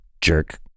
jerk